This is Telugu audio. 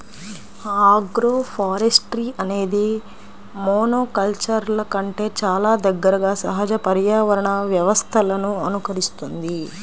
ఆగ్రోఫారెస్ట్రీ అనేది మోనోకల్చర్ల కంటే చాలా దగ్గరగా సహజ పర్యావరణ వ్యవస్థలను అనుకరిస్తుంది